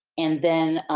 and then,